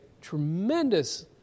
tremendous